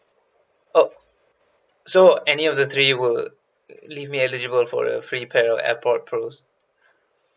oh so any of the three will leave me eligible for a free pair of airpod pros